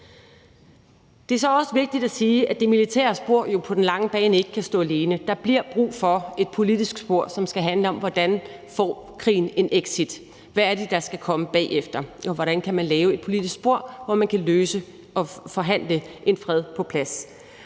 Det er så også vigtigt at sige, at det militære spor jo på den lange bane ikke kan stå alene. Der bliver brug for et politisk spor, som skal handle om, hvordan krigen får en exit: Hvad er det, der skal komme bagefter, og hvordan kan man lave et politisk spor, hvor man kan løse det og forhandle en fred på plads?